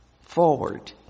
forward